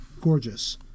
gorgeous